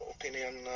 opinion